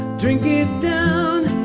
drink it down,